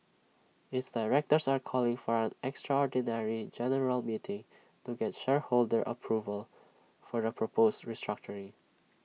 its directors are calling for an extraordinary general meeting to get shareholder approval for the proposed restructuring